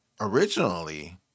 originally